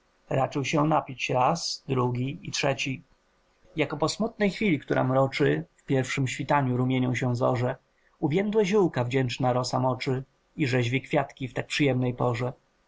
raczył się napić raz drugi i trzeci jako po smutnej chwili która mroczy w pierwszem świtaniu rumieni się zorze uwiędłe ziołka wdzięczna rosa moczy i rzeźwi kwiatki w tak przyjemnej porze